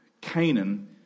Canaan